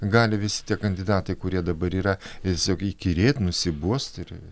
gali visi tie kandidatai kurie dabar yra tiesiog įkyrėt nusibost ir